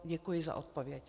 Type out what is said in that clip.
Děkuji za odpověď.